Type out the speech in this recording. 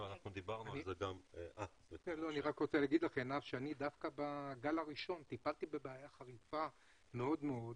אני רוצה לומר לכם שאני דווקא בגל הראשון טיפלתי בבעיה חריפה מאוד מאוד.